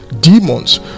demons